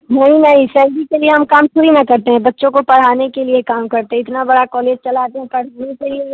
नहीं नहीं सैलरी के लिए हम काम थोड़ी न करते हैं बच्चो को पढ़ाने के लिए काम करते हैं इतना बड़ा कौलेज चलाते हैं के लिए